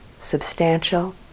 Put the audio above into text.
substantial